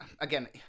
again